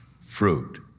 fruit